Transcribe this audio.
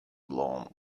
blonde